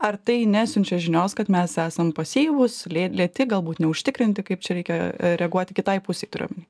ar tai nesiunčia žinios kad mes esam pasyvūs lė lėti galbūt neužtikrinti kaip čia reikia reaguoti kitai pusei turiu omeny